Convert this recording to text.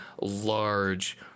large